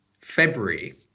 February